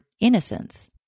innocence